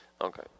okay